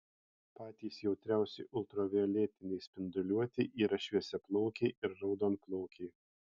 patys jautriausi ultravioletinei spinduliuotei yra šviesiaplaukiai ir raudonplaukiai